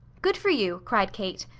good for you! cried kate.